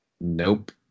Nope